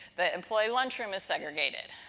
the employee lunch room is segregated.